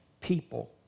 people